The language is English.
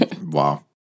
Wow